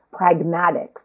pragmatics